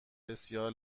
بسیار